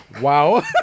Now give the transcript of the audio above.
wow